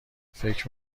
فکر